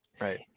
Right